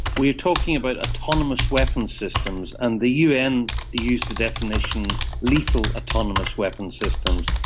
we are talking about autonomous weapons systems, and the un used the definition lethal autonomous weapons systems.